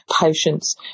patients